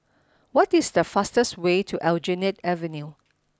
what is the fastest way to Aljunied Avenue